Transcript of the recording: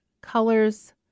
colors